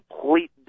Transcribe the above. complete